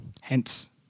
hence